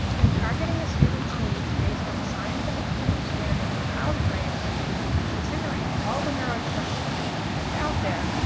and targeting a student's needs based on scientific understanding of how the brains are reading, and considering all the neuro diversity that's out there,